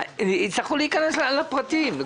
יצטרכו להיכנס לפרטים,